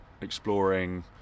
exploring